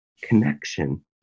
connection